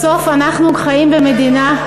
בסוף, אנחנו חיים במדינה,